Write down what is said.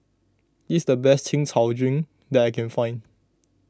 this is the best Chin Chow Drink that I can find